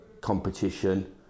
competition